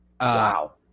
Wow